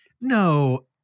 No